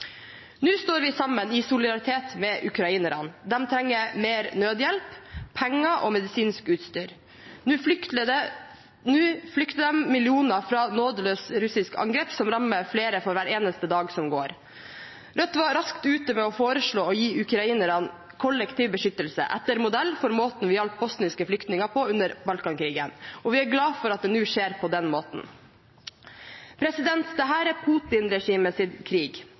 Nå står vi sammen i solidaritet med ukrainerne. De trenger mer nødhjelp, penger og medisinsk utstyr. Nå flykter millioner fra nådeløse russiske angrep som rammer flere for hver eneste dag som går. Rødt var raskt ute med å foreslå å gi ukrainerne kollektiv beskyttelse etter modell for måten vi hjalp bosniske flyktninger på under Balkan-krigen, og vi er glad for at det nå skjer på den måten. Dette er Putin-regimets krig. Vanlige russere er